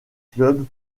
clubs